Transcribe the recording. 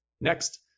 next